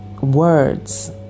words